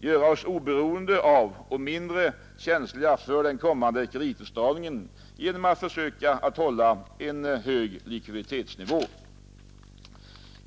göra sig oberoende av och mindre känslig för den kommande kreditåtstramningen genom att försöka hålla en hög likviditetsnivå.